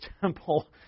temple